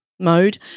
Mode